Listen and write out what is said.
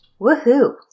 Woohoo